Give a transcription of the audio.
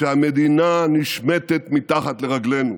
שהמדינה נשמטת מתחת לרגלינו.